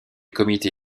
comité